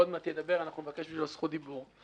עוד מעט הוא ידבר, נבקש בשבילו זכות דיבור.